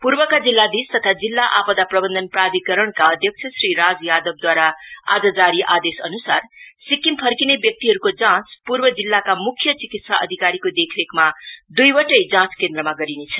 पूर्वका जिल्लाधीश तथा जिल्ला आपदा प्रबन्धन प्रघिकरणका अध्यक्ष श्री राज यादवद्वारा आज जारी आदेशअन्सार सिक्किम फ्रकिने व्यक्तिहरुको जाँच पूर्व जिल्लाका मुख्य चिकित्सा अधिकारीको देखरेखमा दुईवटै जाँच केन्द्रमा गरिनेछ